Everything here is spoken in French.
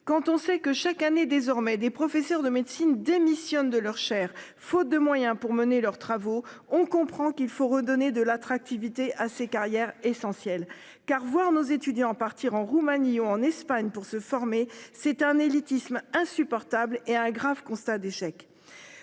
quand on sait que chaque année désormais des professeurs de médecine démissionnent de leur. Faute de moyens pour mener leurs travaux. On comprend qu'il faut redonner de l'attractivité à ces carrières essentiel car voir nos étudiants partir en Roumanie ou en Espagne pour se former. C'est un élitisme insupportable et un grave. Constat d'échec